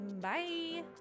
Bye